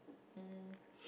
um